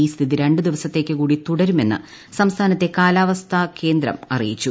ഈ സ്ഥിതി രണ്ടു ദിവസത്തേക്കു കൂടി തുടരുമെന്ന് സംസ്ഥാനത്തെ കാലാവസ്ഥാ കേന്ദ്രം അറിയിച്ചു